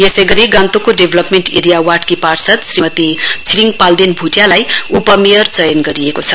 यसै गरी गान्तोकको डेभलपमेण्ट एरिया वार्डकी पार्षद श्रीमती छिरिङ पाल्देन भुटियालाई उपमेयर चयन गरिएको छ